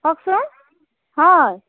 কওকচোন হয়